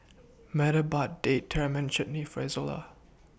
Meta bought Date Tamarind Chutney For Izola